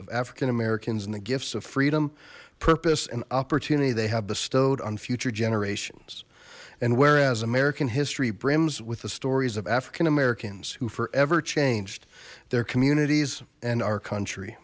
of african americans and the gifts of freedom purpose and opportunity they have bestowed on future generations and whereas american history brims with the stories of african americans who forever changed their communities and our country